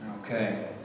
Okay